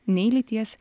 nei lyties